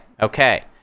okay